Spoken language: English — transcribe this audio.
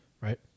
right